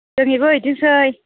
दिनैबो बिदिनोसै